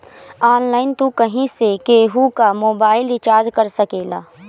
online तू कहीं से केहू कअ मोबाइल रिचार्ज कर सकेला